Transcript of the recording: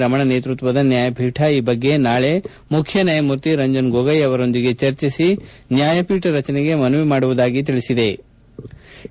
ರಮಣ ನೇತೃತ್ವದ ನ್ಯಾಯವೀಠ ಈ ಬಗ್ಗೆ ನಾಳ ಮುಖ್ಯ ನ್ಯಾಯಮೂರ್ತಿ ರಂಜನ್ ಗೋಗೊಯ್ ಅವರೊಂದಿಗೆ ಚರ್ಚಿಸಿ ನ್ನಾಯಪೀಠ ರಚನೆಗೆ ಮನವಿ ಮಾಡುವುದಾಗಿ ತಿಳಿಸಿತು